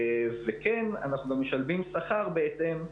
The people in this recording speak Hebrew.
וכן, אנחנו גם משלמים שכר בהתאם.